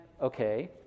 okay